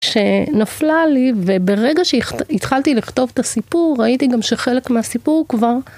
שנפלה לי וברגע שהתחלתי לכתוב את הסיפור ראיתי גם שחלק מהסיפור כבר.